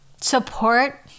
support